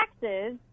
taxes